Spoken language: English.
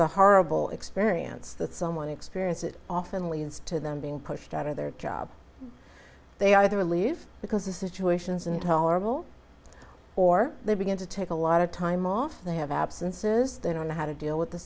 the horrible experience that someone experience it often leads to them being pushed out of their job they either leave because the situations intolerable or they begin to take a lot of time off they have absences they don't know how to deal with the